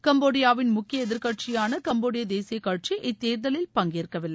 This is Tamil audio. கம்போடியாவின் முக்கிய எதிர்க்கட்சியான கம்போடிய தேசிய கட்சி இத்தேர்தலில் பங்கேற்கவில்லை